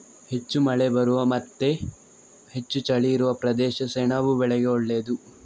ಹೆಚ್ಚು ಮಳೆ ಬರುವ ಮತ್ತೆ ಹೆಚ್ಚು ಚಳಿ ಇರುವ ಪ್ರದೇಶ ಸೆಣಬು ಬೆಳೆಗೆ ಒಳ್ಳೇದು